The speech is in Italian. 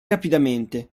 rapidamente